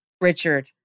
Richard